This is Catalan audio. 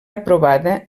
aprovada